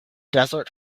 desert